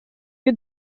pio